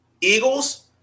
Eagles